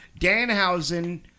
Danhausen